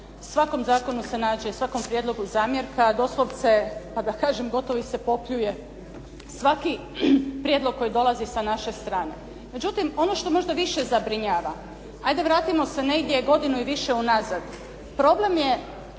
Svakom zakonu se nađe i svakom prijedlogu zamjerka doslovce pa da kažem gotovo ih se popljuje svaki prijedlog koji dolazi sa naše strane. Međutim, ono što možda više zabrinjava, ajde vratimo se negdje godinu i više unazad problem je